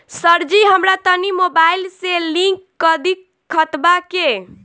सरजी हमरा तनी मोबाइल से लिंक कदी खतबा के